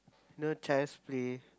know Child's Play